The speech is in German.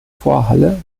vorhalle